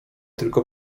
tylko